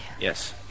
Yes